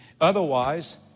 Otherwise